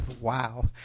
Wow